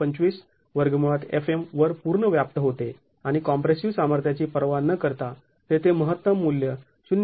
१२५वर पूर्ण व्याप्त होते आणि कॉम्प्रेसिव सामर्थ्याची पर्वा न करता तेथे महत्तम मूल्य ०